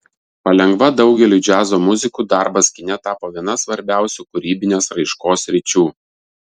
palengva daugeliui džiazo muzikų darbas kine tapo viena svarbiausių kūrybinės raiškos sričių